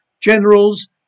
generals